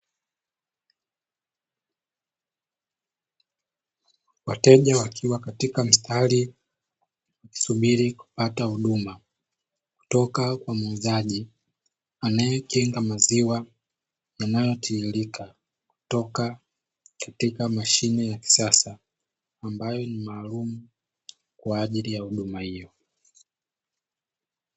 Wateja wakiwa katika mstari, wakisubiri kupata huduma kutoka kwa muuzaji, anayekinga maziwa yanayotiririka kutoka katika mashine ya kisasa, ambayo ni maalumu kwaajili ya huduma hiyo.